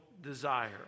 desire